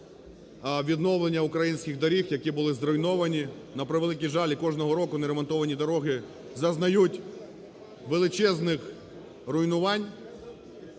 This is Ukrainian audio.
відновлення українських доріг, які були зруйновані, на превеликий жаль, і кожного року не ремонтовані дороги зазнають величезних руйнувань.